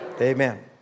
Amen